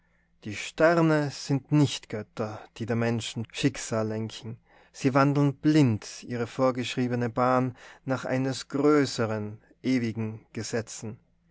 die sterne sind nicht götter die der menschen schicksal lenken sie wandeln blind ihre vorgeschriebene bahn nach eines größeren ewigen gesetzen